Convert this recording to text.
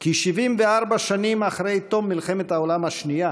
כי 74 שנים אחרי תום מלחמת העולם השנייה